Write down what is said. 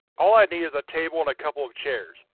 all i need is a table and a couple of chairs,